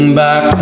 back